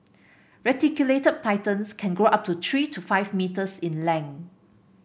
reticulated pythons can grow up to three to five metres in length